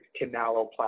canaloplasty